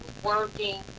Working